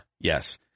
Yes